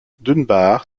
dunbar